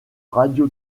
radio